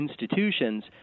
institutions